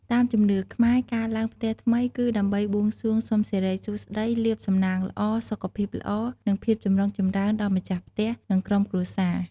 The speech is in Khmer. តាមជំនឿខ្មែរ ការឡើងផ្ទះថ្មី គឺដើម្បីបួងសួងសុំសិរីសួស្ដី លាភសំណាងល្អ សុខភាពល្អ និងភាពចម្រុងចម្រើនដល់ម្ចាស់ផ្ទះ និងក្រុមគ្រួសារ។